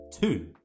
two